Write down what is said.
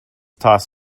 toss